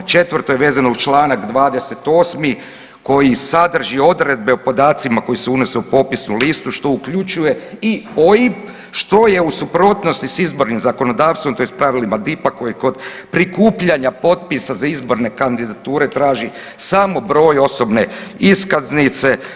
Četvrto je vezano uz čl. 28 koji sadrži odredbe o podacima koji se unose u popisnu listu, što uključuje i OIB, što je u suprotnosti s izbornim zakonodavstvom, tj. pravilima DIP-a koji kod prikupljanja potpisa za izborne kandidature traži samo broj osobne iskaznice.